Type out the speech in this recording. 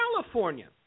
california